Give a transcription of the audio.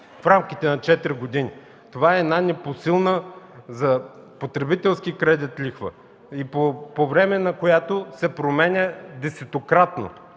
в рамките на 4 години. Това е една непосилна за потребителски кредит лихва по време, която се променя десетократно.